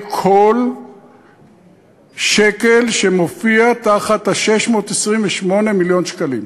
כל שקל שמופיע תחת 628 מיליון השקלים.